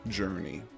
journey